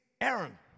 Aaron